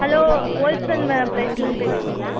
hello wholesale மே பிரைஸ்லேருந்து பேசுகிறீங்களா